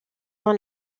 dans